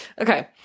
Okay